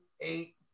eight